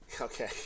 okay